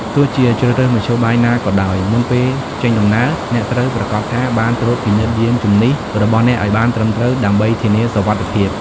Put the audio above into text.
ទោះជាជ្រើសរើសមធ្យោបាយណាក៏ដោយ មុនពេលចេញដំណើរ អ្នកត្រូវប្រាកដថាបានត្រួតពិនិត្យយានជំនិះរបស់អ្នកឲ្យបានត្រឹមត្រូវ ដើម្បីធានាសុវត្ថិភាព។